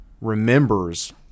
remembers